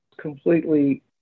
completely